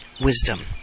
Wisdom